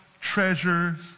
treasures